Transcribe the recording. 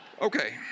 Okay